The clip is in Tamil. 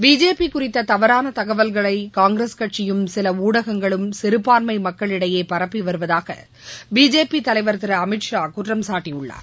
பிஜேபி குறித்த தவறான தகவல்களை காங்கிரஸ் கட்சியும் சில ஊடகங்களும் சிறுபான்மை மக்களிடையே பரப்பி வருவதாக பிஜேபி தலைவர் திரு அமித்ஷா குற்றம் சாட்டியுள்ளார்